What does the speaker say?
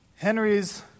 Henry's